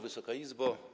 Wysoka Izbo!